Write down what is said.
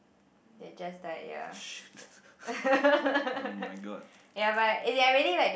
shit oh my god